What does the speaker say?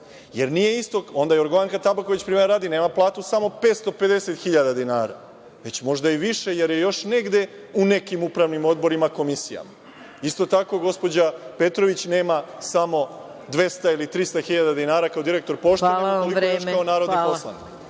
jer onda Jorgovanka Tabaković primera radi nema platu samo 550.000 dinara, već možda i više jer je možda u nekim upravnim odborima komisija. Isto tako gospođa Petrović nema samo 200.000 ili 300.000 kao direktor „Pošte“ nego još kao i narodni poslanik.